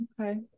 okay